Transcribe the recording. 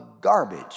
garbage